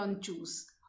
choose